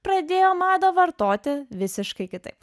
pradėjo madą vartoti visiškai kitaip